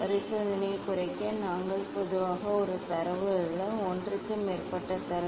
பரிசோதனையை குறைக்க நாங்கள் பொதுவாக ஒரு தரவு அல்ல ஒன்றுக்கு மேற்பட்ட தரவு